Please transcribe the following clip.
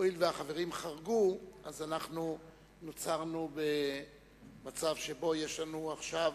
הואיל והחברים חרגו נוצר מצב שבו יש לנו עכשיו